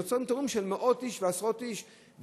נוצרים תורים של מאות איש ועשרות איש,